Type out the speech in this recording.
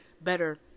better